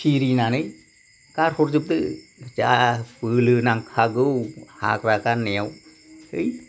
फिरिनानै गारहरजोबदो जा बोलो नांखागौ हाग्रा गारनायाव है